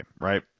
right